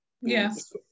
Yes